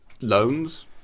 Loans